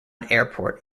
airport